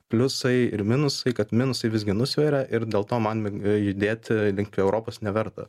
pliusai ir minusai kad minusai visgi nusveria ir dėl to man lengvai judėti link prie europos neverta